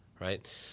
right